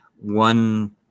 one